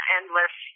endless